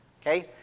okay